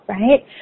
right